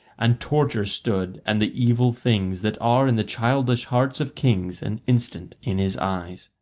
and torture stood and the evil things that are in the childish hearts of kings an instant in his eyes.